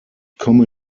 komme